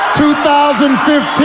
2015